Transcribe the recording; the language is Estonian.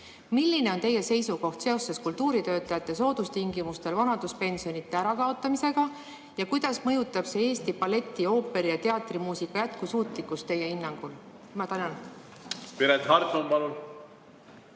Milline on teie seisukoht seoses kultuuritöötajate soodustingimustel vanaduspensionide ärakaotamisega ja kuidas mõjutab see Eesti balleti, ooperi ja teatrimuusika jätkusuutlikkust teie hinnangul? Tänan, lugupeetud